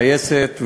טייסת,